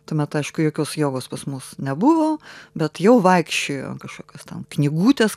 tuomet aišku jokios jogos pas mus nebuvo bet jau vaikščiojo kažkokio ten knygutės